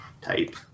type